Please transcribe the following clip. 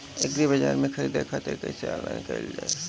एग्रीबाजार पर खरीदे खातिर कइसे ऑनलाइन कइल जाए?